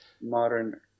modern